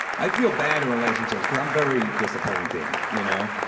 i feel bad in relationships cause i'm very disappointing, you know?